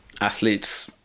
athletes